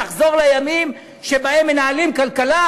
לחזור לימים שבהם מנהלים כלכלה,